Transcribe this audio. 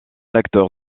lecteur